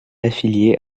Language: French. affilié